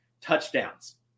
touchdowns